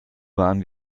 waren